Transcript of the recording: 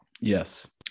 yes